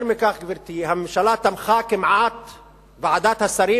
יותר מכך, גברתי, הממשלה, ועדת השרים,